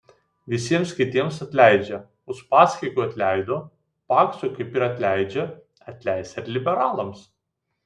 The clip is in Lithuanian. visiems kitiems atleidžia uspaskichui atleido paksui kaip ir atleidžia atleis ir liberalams